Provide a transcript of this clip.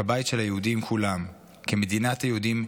כבית של היהודים כולם, כמדינת היהודים,